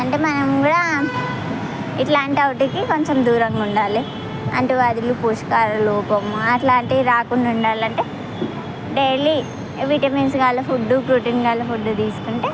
అంటే మనం కూడా ఇట్లాంటి వాటికి కొంచెం దూరంగుండాలి అంటువ్యాధులు పోషకాహార లోపం అట్లాంటియి రాకుండా ఉండాలంటే డైలీ విటమిన్స్ గల ఫుడ్డు ప్రోటీన్ గల ఫుడ్డు తీసుకుంటే